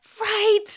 Right